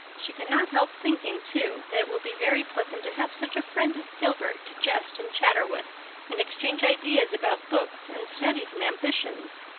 she could not help thinking, too, that it would be very pleasant to have such a friend as gilbert to jest and chatter with and exchange ideas about books and studies and ambitions.